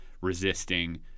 resisting